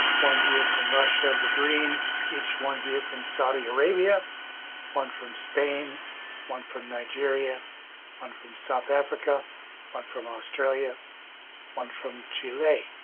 one view from russia the green each one view from saudi arabia one from spain one from nigeria one from south africa one from australia one from chile